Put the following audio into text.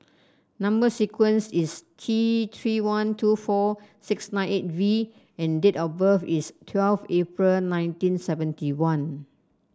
number sequence is T Three three one two four six nine eight V and date of birth is twelve April nineteen seventy one